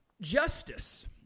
Justice